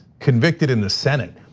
convicted in the senate.